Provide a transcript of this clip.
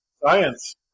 Science